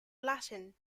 latin